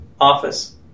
office